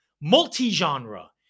multi-genre